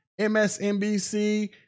MSNBC